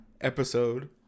episode